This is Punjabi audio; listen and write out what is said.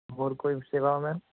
ਹੋਰ ਕੋਈ ਸੇਵਾ ਮੈਮ